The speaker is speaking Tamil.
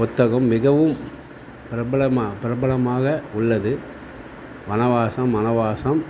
புத்தகம் மிகவும் பிரபலமாக பிரபலமாக உள்ளது வனவாசம் மணவாசம்